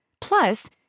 Plus